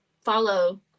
Follow